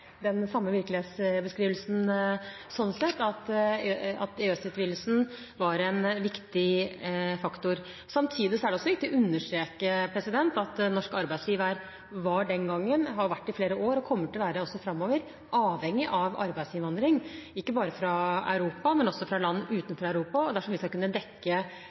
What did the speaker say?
den samme virkelighetsbeskrivelsen, at EØS-utvidelsen var en viktig faktor. Samtidig er det viktig å understreke at norsk arbeidsliv var den gangen – har vært det i flere år og kommer til å være det også framover – avhengig av arbeidsinnvandring, ikke bare fra Europa, men også fra land utenfor Europa. Og dersom vi skal kunne dekke